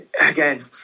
again